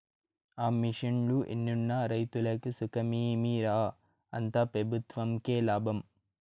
ఆ మిషన్లు ఎన్నున్న రైతులకి సుఖమేమి రా, అంతా పెబుత్వంకే లాభం